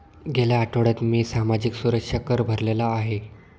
गेल्या आठवड्यात मी सामाजिक सुरक्षा कर भरलेला आहे